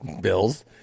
bills